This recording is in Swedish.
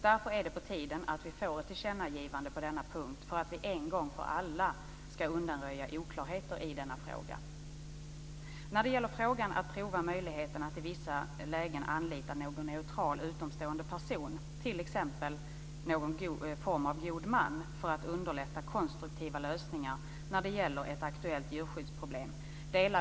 Därför är det på tiden att vi får ett tillkännagivande på denna punkt så att vi en gång för alla ska undanröja oklarheter i denna fråga. Jag delar de åsikter som Carl G Nilsson redan har framfört om frågan att pröva möjligheten att i vissa lägen anlita någon neutral utomstående person, t.ex. någon form av god man, för att underlätta konstruktiva lösningar när det gäller ett aktuellt djurskyddsproblem.